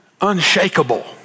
unshakable